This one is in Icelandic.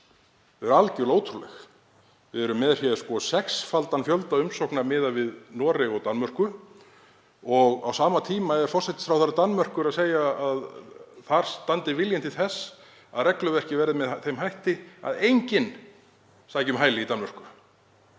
eru algjörlega ótrúleg. Við erum með sexfaldan fjölda umsókna miðað við Noreg og Danmörku og á sama tíma er forsætisráðherra Danmerkur að segja að þar standi vilji til þess að regluverkið verði með þeim hætti að enginn sæki um hæli í Danmörku.